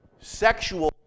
sexual